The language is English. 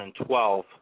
2012